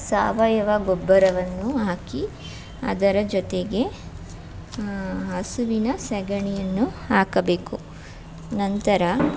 ಸಾವಯುವ ಗೊಬ್ಬರವನ್ನು ಹಾಕಿ ಅದರ ಜೊತೆಗೆ ಹಸುವಿನ ಸಗಣಿಯನ್ನು ಹಾಕಬೇಕು ನಂತರ